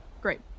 great